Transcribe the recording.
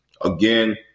Again